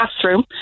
classroom